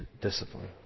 discipline